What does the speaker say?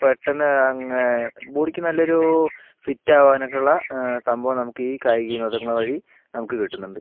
പെട്ടെന്ന് അങ്ങ് ബോഡിക്ക് നല്ലൊരു ഫിറ്റാവാനൊക്കെ ഉള്ള സംഭവം നമുക്ക് ഈ കായിക വിനോദങ്ങൾ വഴി നമുക്ക് കിട്ടുന്നുണ്ട്